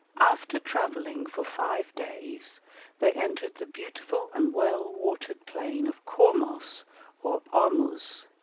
after travelling for five days they entered the beautiful and well watered plain of cormos or ormuz,